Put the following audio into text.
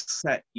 set